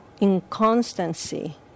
inconstancy